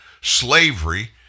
Slavery